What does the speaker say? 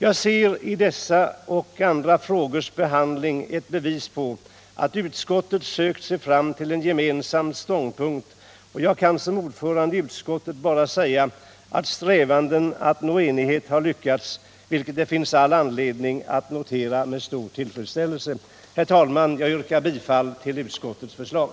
Jag ser i dessa och andra frågors behandling ett bevis på att utskottet sökt sig fram till en gemensam ståndpunkt, och jag kan som ordförande i utskottet bara säga att strävandena att nå enighet har lyckats, vilket det finns anledning att notera med stor tillfredsställelse. Herr talman! Jag yrkar bifall till utskottets förslag.